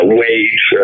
wage